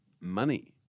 Money